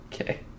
Okay